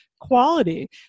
quality